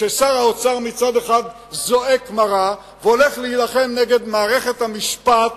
כששר האוצר מצד אחד זועק מרה והולך להילחם נגד מערכת המשפט,